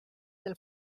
del